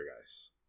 guys